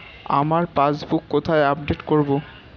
আমার পাসবুক কোথায় আপডেট করব?